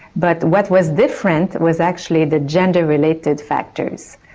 but what was different was actually the gender-related factors.